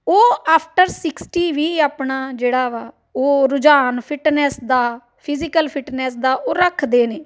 ਉਹ after sixty ਵੀ ਆਪਣਾ ਜਿਹੜਾ ਵਾ ਉਹ ਰੁਝਾਨ ਫਿਟਨੈਸ ਦਾ ਫਿਜੀਕਲ ਫਿਟਨੈਸ ਦਾ ਉਹ ਰੱਖਦੇ ਨੇ